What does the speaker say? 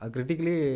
Critically